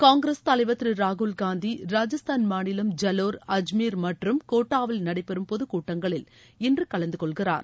காங்கிரஸ் தலைவர் திரு ராகுல் காந்தி ராஜஸ்தான் மாநிலம் ஐவோர் அஜ்மீர் மற்றும் கோட்டாவில் நடைபெறும் பொதுக் கூட்டங்களில் இன்று கலந்துகொள்கிறார்